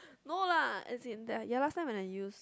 no lah is it ya last time when I use